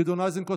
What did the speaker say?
גדי איזנקוט,